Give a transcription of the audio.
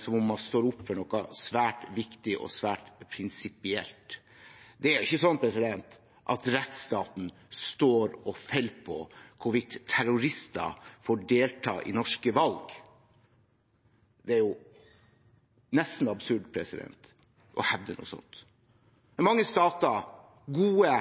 som om man står opp for noe svært viktig og svært prinsipielt. Det er jo ikke sånn at rettsstaten står og faller på om terrorister får delta i norske valg. Det er jo nesten absurd å hevde noe sånt. Det er mange stater, gode